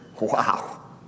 wow